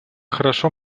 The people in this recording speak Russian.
хорошо